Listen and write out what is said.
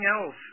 else